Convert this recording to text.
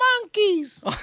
monkeys